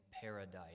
paradise